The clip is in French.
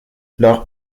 leur